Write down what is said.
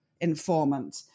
informant